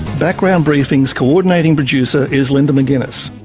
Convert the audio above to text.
background briefing's co-ordinating producer is linda mcginness,